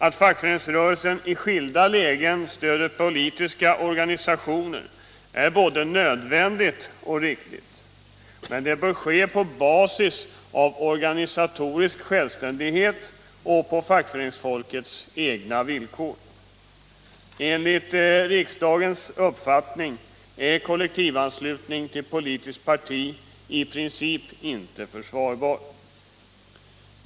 Att fackföreningsrörelsen i skilda lägen stöder politiska organisationer är både nödvändigt och riktigt, men det bör ske på basis av organisatorisk självständighet och på fackföreningsfolkets egna villkor. Enligt riksdagens uppfattning är kollektivanslutning till politiskt parti i princip inte försvarbar.